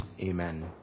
Amen